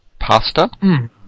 Pasta